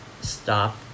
stop